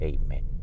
Amen